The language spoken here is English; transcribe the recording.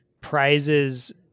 prizes